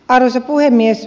arvoisa puhemies